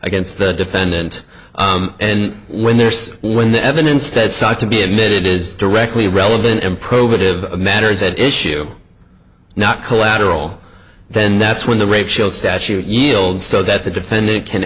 against the defendant and when there's when the evidence that such to be admitted is directly relevant and probative matters at issue not collateral then that's when the rape shield statute yield so that the defendant can